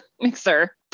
mixer